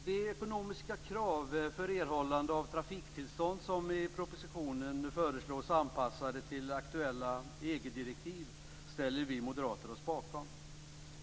De ekonomiska krav för erhållande av trafiktillstånd som i propositionen föreslås bli anpassade till aktuella EG-direktiv ställer vi moderater oss bakom.